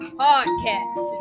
podcast